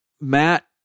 Matt